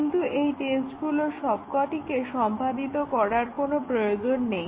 কিন্তু এই টেস্টগুলোর সবকটিকে সম্পাদিত করার কোনো প্রয়োজন নেই